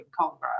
Congress